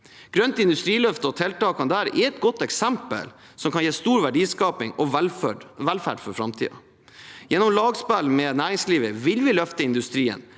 Grønt industriløft og tiltakene der er et godt eksempel som kan gi stor verdiskaping og velferd for framtiden. Gjennom lagspill med næringslivet vil vi løfte industrien